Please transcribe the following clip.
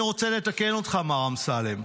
אני רוצה לתקן אותך, מר אמסלם.